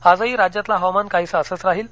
आजही राज्यातलं हवामान काहीसं असंच राहील